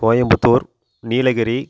Coimbatore Nilgiri